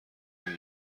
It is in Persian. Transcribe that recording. داری